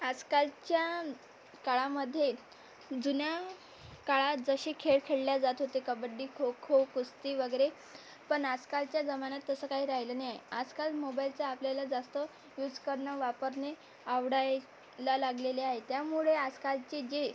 आजकालच्या काळामध्ये जुन्या काळात जसे खेळ खेळले जात होते कबड्डी खो खो कुस्ती वगैरे पण आजकालच्या जमान्यात तसं काय राहिलं नाही आजकाल मोबाईलचा आपल्याला जास्त यूस करणं वापरणे आवडायला लागलेले आहे त्यामुळे आजकालची जे